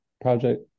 project